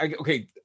okay